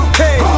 hey